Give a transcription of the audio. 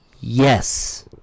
yes